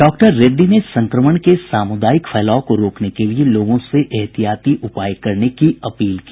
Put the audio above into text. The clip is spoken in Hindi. डॉक्टर रेड्डी ने संक्रमण के सामुदायिक फैलाव को रोकने के लिए लोगों से ऐहतियाती उपाय करने की अपील की